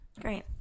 Great